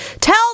tell